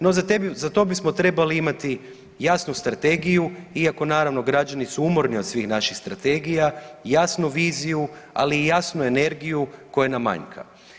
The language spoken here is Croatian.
No, za to bismo trebali imati jasnu strategiju, iako naravno, građani su umorni od svih naših strategija, jasnu viziju, ali i jasnu energiju koja nam manjka.